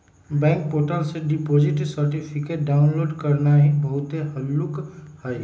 bank portal से deposit certificate download करनाइ बहुते हल्लुक हइ